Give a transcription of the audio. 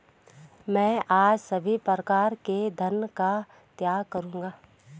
मैं आज सभी प्रकारों के धन का त्याग करूंगा